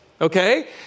Okay